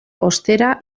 ostera